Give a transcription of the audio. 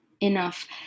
enough